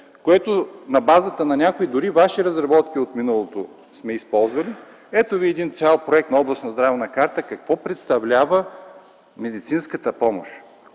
е на базата на някои ваши разработки от миналото, които сме използвали. Ето Ви един цял проект на областна здравна карта и да видите какво представлява медицинската помощ